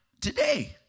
today